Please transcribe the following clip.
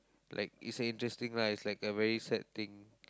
like it's interesting lah it's like a very sad thing